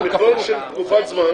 במכלול של תקופת זמן,